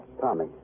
Tommy